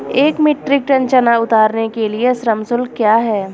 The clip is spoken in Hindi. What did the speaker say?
एक मीट्रिक टन चना उतारने के लिए श्रम शुल्क क्या है?